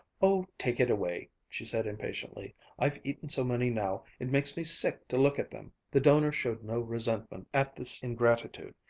oh, take it away! she said impatiently i've eaten so many now, it makes me sick to look at them! the donor showed no resentment at this ingratitude,